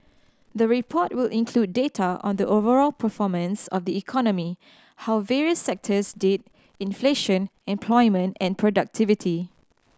the report will include data on the overall performance of the economy how various sectors did inflation employment and productivity